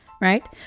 right